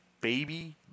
Baby